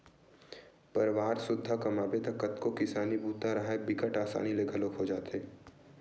परवार सुद्धा कमाबे त कतको किसानी बूता राहय बिकट असानी ले घलोक हो जाथे